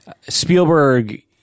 Spielberg